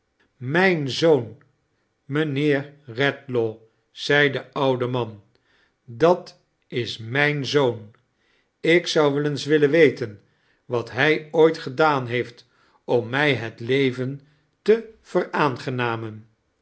el zoon mijnheer redlaw i zei de oude man dat is m ij n zoon ik zou wel eens willen weten wat hij ooit gedaan heeft om mij het leven te